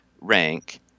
rank